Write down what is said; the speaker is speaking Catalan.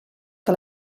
que